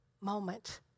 moment